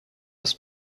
ist